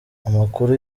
amakuru